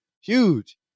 huge